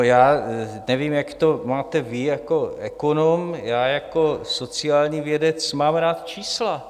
Já nevím, jak to máte vy jako ekonom, já jako sociální vědec mám rád čísla.